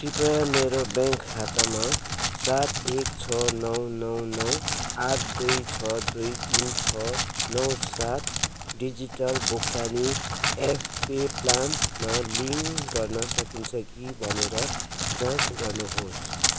कृपया मेरो ब्याङ्क खाता सात एक छ नौ नौ नौ आठ दुई छ दुई तिन छ नौ सात डिजिटल भुक्तानी एप पेपालमा लिङ्क गर्न सकिन्छ कि भनेर जाँच गर्नुहोस्